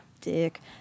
dick